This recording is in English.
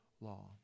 law